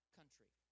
country